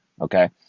Okay